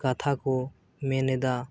ᱠᱟᱛᱷᱟ ᱠᱚ ᱢᱮᱱ ᱮᱫᱟ